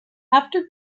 after